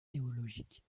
théologiques